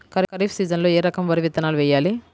ఖరీఫ్ సీజన్లో ఏ రకం వరి విత్తనాలు వేయాలి?